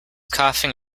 coughing